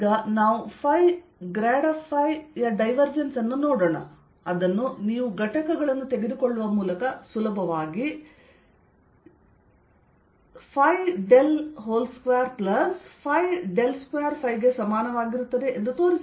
ಈಗ ನಾವು phi grad of phi ಯ ಡೈವೆರ್ಜೆನ್ಸ್ ಅನ್ನು ನೋಡೋಣ ಅದನ್ನು ನೀವು ಘಟಕಗಳನ್ನು ತೆಗೆದುಕೊಳ್ಳುವ ಮೂಲಕ ಸುಲಭವಾಗಿ 2ϕ2 ಗೆ ಸಮಾನವಾಗಿರುತ್ತದೆ ಎಂದು ತೋರಿಸಬಹುದು